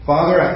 Father